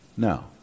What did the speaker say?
No